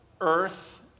earth